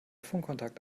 funkkontakt